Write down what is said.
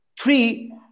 Three